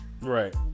Right